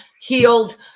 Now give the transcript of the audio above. healed